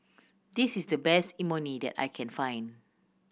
this is the best Imoni that I can find